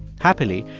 happily,